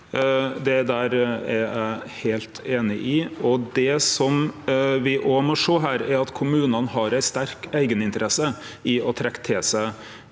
Dette er eg heilt einig i. Det som me òg må sjå her, er at kommunane har ei sterk eigeninteresse i å trekkje til seg